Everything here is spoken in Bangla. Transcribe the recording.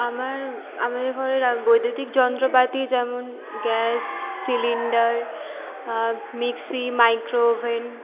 আমার আমাদের ঘরের বৈদ্যুতিক যন্ত্রপাতি যেমন গ্যাস সিলিন্ডার মিক্সি মাইক্রোওভেন